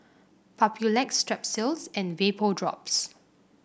Papulex Strepsils and Vapodrops